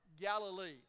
Galilee